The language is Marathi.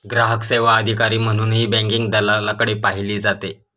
ग्राहक सेवा अधिकारी म्हणूनही बँकिंग दलालाकडे पाहिले जाते